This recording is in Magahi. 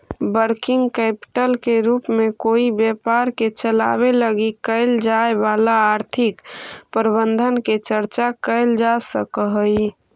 वर्किंग कैपिटल के रूप में कोई व्यापार के चलावे लगी कैल जाए वाला आर्थिक प्रबंधन के चर्चा कैल जा सकऽ हई